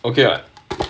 okay [what]